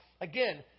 again